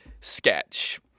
sketch